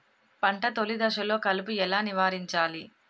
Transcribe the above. పంట తొలి దశలో కలుపు ఎలా నివారించాలి?